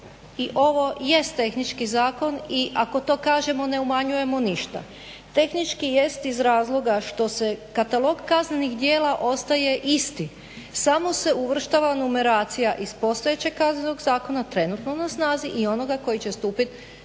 I ovo jest tehnički zakon i ako to kažemo ne umanjujemo ništa. Tehnički jest iz razloga što se katalog kaznenih djela ostaje isti samo se uvrštava numeracija iz postojećeg Kaznenog zakona, trenutno na snazi i onoga koji će stupit